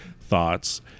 thoughts